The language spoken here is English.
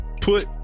put